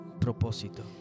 propósito